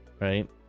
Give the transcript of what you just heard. right